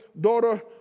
daughter